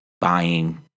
buying